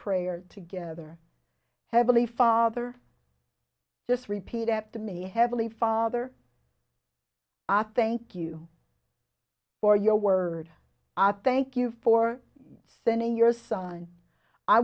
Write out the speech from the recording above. prayer together heavily father just repeat after me heavily father i thank you for your word i thank you for sending your son i